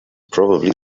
probably